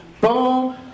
boom